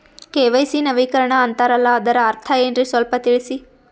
KYC ನವೀಕರಣ ಅಂತಾರಲ್ಲ ಅದರ ಅರ್ಥ ಏನ್ರಿ ಸ್ವಲ್ಪ ತಿಳಸಿ?